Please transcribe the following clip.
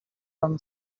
term